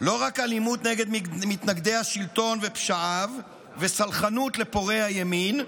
לא רק אלימות נגד מתנגדי השלטון ופשעיו וסלחנות לפורעי הימין,